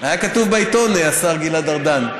היה כתוב בעיתון, השר גלעד ארדן.